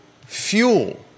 fuel